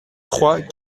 trois